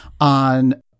on